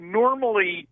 normally